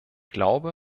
glaube